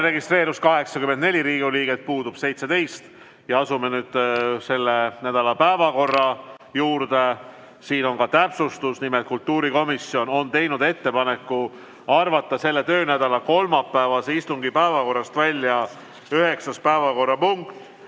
registreerus 84 Riigikogu liiget, puudub 17. Asume nüüd selle nädala päevakorra juurde. Siin on ka täpsustus: nimelt on kultuurikomisjon teinud ettepaneku arvata selle töönädala kolmapäevase istungi päevakorrast välja 9. päevakorrapunkt,